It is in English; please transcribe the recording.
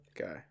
Okay